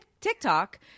TikTok